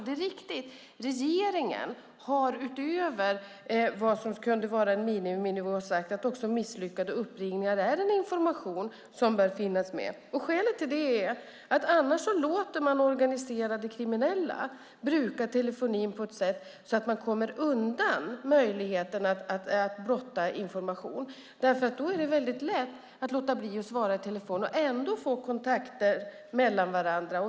Det är riktigt att regeringen har sagt att utöver miniminivå är också misslyckade uppringningar en information som bör finnas med. Skälet är att man annars låter organiserade kriminella bruka telefonin på ett sätt där de kommer undan att blotta information. Det är lätt att låta bli att svara i telefonen och ändå ha kontakt sinsemellan.